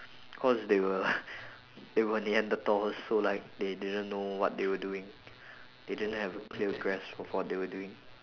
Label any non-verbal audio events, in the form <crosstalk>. <breath> <noise> cause they were <laughs> they were neantherdals so like they didn't know what they were doing <breath> they didn't have a clear grasp of what they were doing